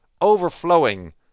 overflowing